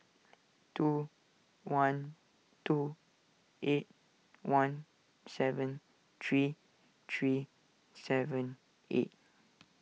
two one two eight one seven three three seven eight